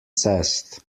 zest